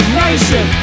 nation